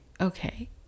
okay